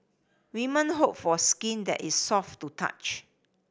women hope for skin that is soft to touch